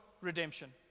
redemption